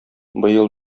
быел